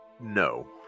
no